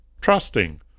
Trusting